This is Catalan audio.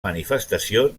manifestació